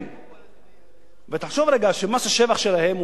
ותחשוב רגע שמס השבח שלהם הוא רק 30% מהשבח.